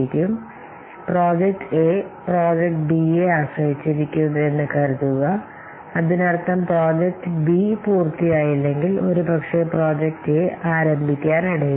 അതിനർത്ഥം project A project ബിയെ ആശ്രയിച്ചിരിക്കുന്നു എന്ന് കരുതുക അതിനർത്ഥം പ്രോജക്റ്റ് ബി പൂർത്തിയായില്ലെങ്കിൽ ഒരുപക്ഷേ പ്രോജക്റ്റ് എ നമ്മൾ ആരംഭിക്കാനിടയില്ല